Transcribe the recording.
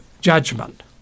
judgment